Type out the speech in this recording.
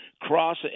Cross